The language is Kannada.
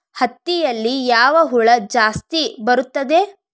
ಹತ್ತಿಯಲ್ಲಿ ಯಾವ ಹುಳ ಜಾಸ್ತಿ ಬರುತ್ತದೆ?